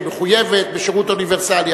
שמחויבת בשירות אוניברסלי,